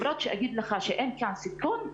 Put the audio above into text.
אני לא יכולה להגיד לך שאין כאן סיכון,